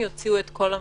שיוציאו את כל המשפחה,